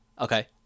Okay